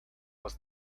was